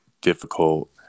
difficult